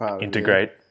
integrate